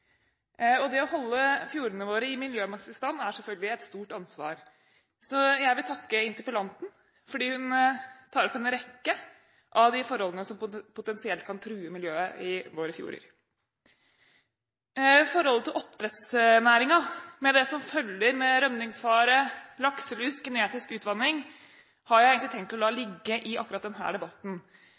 Det å holde fjordene våre i miljømessig stand er selvfølgelig et stort ansvar, så jeg vil takke interpellanten fordi hun tar opp en rekke av de forholdene som potensielt kan true miljøet i våre fjorder. Forholdet til oppdrettsnæringen, med det som følger av rømningsfare, lakselus og genetisk utvanning, har jeg tenkt å la ligge i akkurat denne debatten,